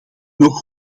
nog